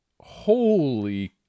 holy